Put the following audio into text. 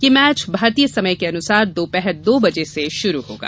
यह मैच भरतीय समय के अनुसार दोपहर दो बजे से शुरू होगा